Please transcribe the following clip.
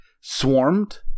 swarmed